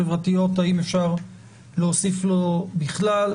חברתיות" האם אפשר להוסיף לו בכלל?